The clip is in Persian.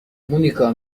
مونیکا